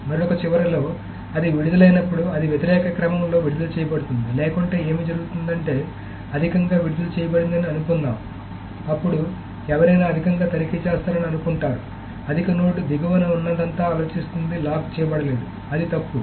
మరొక చివరలో అది విడుదలైనప్పుడు అది వ్యతిరేక క్రమంలో విడుదల చేయబడుతుంది లేకుంటే ఏమి జరుగుతుందంటే అధికంగా విడుదల చేయబడిందని అనుకుందాం అప్పుడు ఎవరైనా అధికంగా తనిఖీ చేస్తారని అనుకుంటారు అధిక నోడ్ దిగువన ఉన్నదంతా ఆలోచిస్తుంది లాక్ చేయబడలేదు అది తప్పు